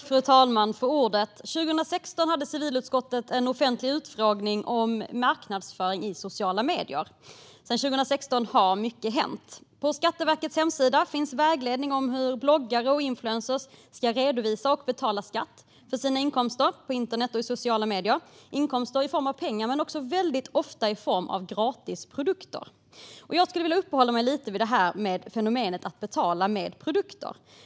Fru talman! År 2016 hade civilutskottet en offentlig utfrågning om marknadsföring i sociala medier. Sedan 2016 har mycket hänt. På Skatteverkets hemsida finns vägledning om hur bloggare och influencers ska redovisa och betala skatt för sina inkomster från internet och sociala medier - inkomster i form av pengar men också väldigt ofta i form av gratis produkter. Jag skulle vilja uppehålla mig lite vid fenomenet att betala med produkter.